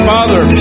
Father